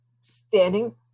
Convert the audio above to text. standing